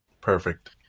Perfect